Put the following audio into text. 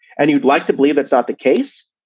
and you'd like to believe it's not the case.